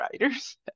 writers